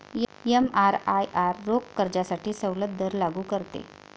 एमआरआयआर रोख कर्जासाठी सवलत दर लागू करते